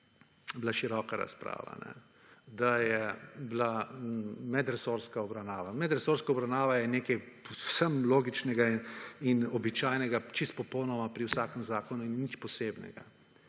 bila široka razprava, da je bila medresorska obravnava. Medresorska obravnava je nekaj povsem logičnega in običajnega čisto popolnoma pri vsakem zakonu in ni nič posebnega.